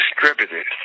distributed